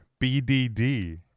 bdd